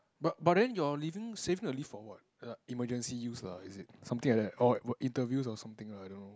but but then you're leaving saving your leave for what uh emergency use lah is it something like that or interviews or something I don't know